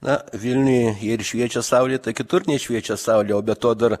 na vilniuj jei ir šviečia saulė tai kitur nešviečia saulė o be to dar